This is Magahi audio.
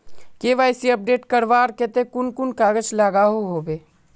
के.वाई.सी अपडेट करवार केते कुन कुन कागज लागोहो होबे?